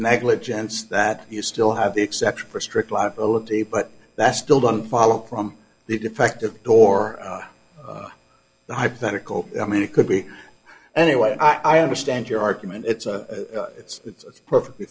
negligence that you still have the exception for strict liability but that still doesn't follow from the defective door the hypothetical i mean it could be anyway i understand your argument it's it's it's perfectly